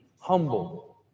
humble